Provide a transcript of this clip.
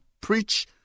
preach